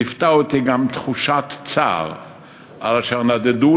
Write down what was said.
ליוותה אותי גם תחושת צער על אשר נדדו